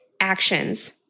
actions